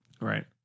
right